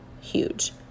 huge